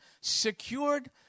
secured